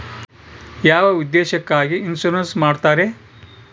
ಯಾವ ಉದ್ದೇಶಕ್ಕಾಗಿ ಇನ್ಸುರೆನ್ಸ್ ಮಾಡ್ತಾರೆ?